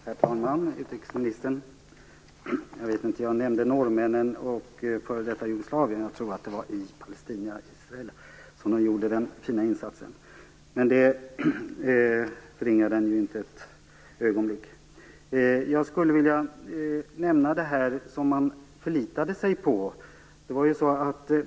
Herr talman! Utrikesministern! Jag nämnde norrmännen och f.d. Jugoslavien. Jag tror att det var i Palestina, Israel som de gjorde den fina insatsen, men det förringar den ju inte ett ögonblick. Jag skulle vilja nämna det man förlitade sig på.